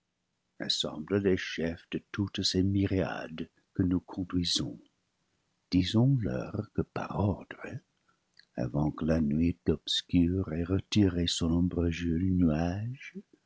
assemble les chefs de toutes ces myriades que nous conduisons disons leur que par ordre avant que la nuit obscure ait retiré son